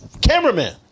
cameraman